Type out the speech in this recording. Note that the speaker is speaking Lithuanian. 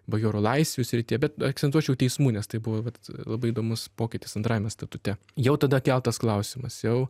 bajorų laisvių srityje bet akcentuočiau teismų nes tai buvo vat labai įdomus pokytis antrajame statute jau tada keltas klausimas jau